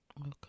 Okay